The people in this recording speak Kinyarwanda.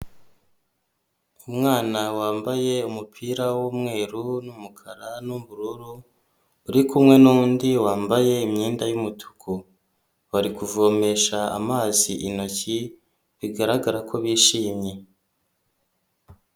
Umwana wambaye umupira w'umweru, umukara n'ubururu uri kumwe nundi wambaye imyenda y'umutuku, bari kuvomesha amazi intoki bigaragara ko bishimye.